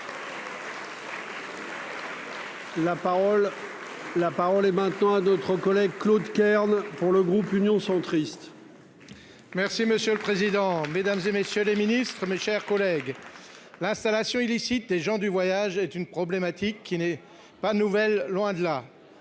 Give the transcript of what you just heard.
La parole est maintenant à d'autres collègues, Claude Kern, pour le groupe Union centriste. Merci monsieur le président, Mesdames et messieurs les ministres, mes chers collègues, l'installation illicite des gens du voyage est une problématique qui n'est pas nouvelle, loin de là,